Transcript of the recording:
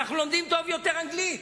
אנחנו לומדים טוב יותר אנגלית.